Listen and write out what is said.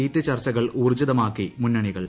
seat ചർച്ചകൾ ഊർജീതുമാക്കി മുന്നണികൾ